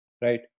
Right